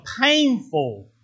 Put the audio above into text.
painful